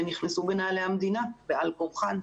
הן נכנסו בנעלי המדינה בעל כורחן,